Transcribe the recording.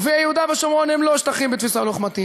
יהודה ושומרון הם לא שטחים בתפיסה לוחמתית